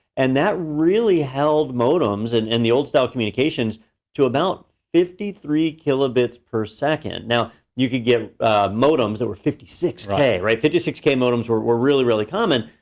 and that really held modems and in the old style communications to about fifty three kilobits per second. now, you could get modems that were fifty six k, right? fifty six k modems were were really, really common.